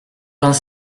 vingt